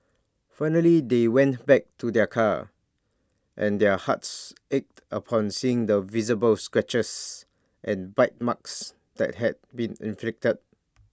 finally they went back to their car and their hearts ached upon seeing the visible scratches and bite marks that had been inflicted